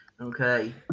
okay